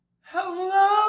Hello